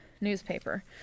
newspaper